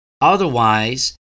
Otherwise